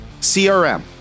CRM